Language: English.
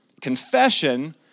Confession